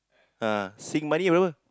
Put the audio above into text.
ah Sing money berapa